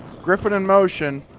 griffin in motion.